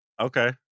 Okay